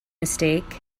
mistake